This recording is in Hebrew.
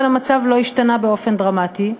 אבל המצב לא השתנה באופן דרמטי,